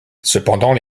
cependant